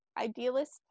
idealist